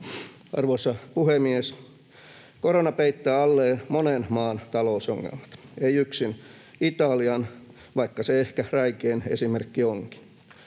Arvoisa puhemies! Korona peittää alleen monen maan talousongelmat, ei yksin Italian, vaikka se ehkä räikein esimerkki onkin.